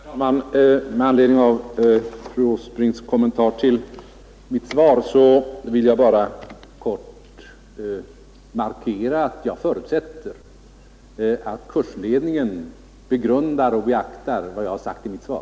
Herr talman! Med anledning av fru Åsbrinks kommentar till mitt svar vill jag bara kort markera att jag förutsätter att kursledningen begrundar och beaktar vad jag sagt i mitt svar.